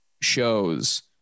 shows